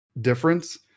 difference